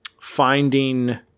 finding